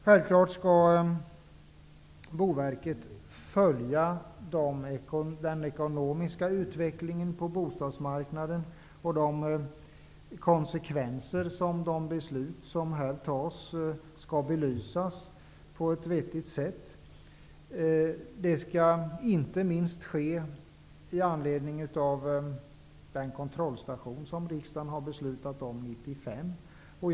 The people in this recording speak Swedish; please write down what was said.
Självklart skall Boverket följa den ekonomiska utvecklingen på bostadsmarknaden och på ett vettigt sätt belysa konsekvenserna av de beslut som riksdagen fattar. Det skall ske inte minst med anledning av den kontrollstation 1995 som riksdagen har beslut om.